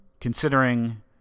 Considering